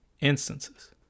instances